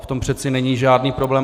V tom přece není žádný problém.